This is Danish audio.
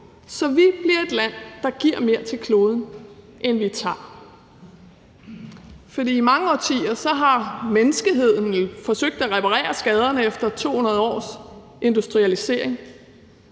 så vi bliver et land, der giver mere til kloden, end vi tager. For i mange årtier har menneskeheden jo forsøgt at reparere skaderne efter 200 års industrialisering,